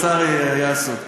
השר היה עסוק.